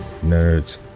nerds